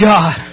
God